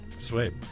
sweet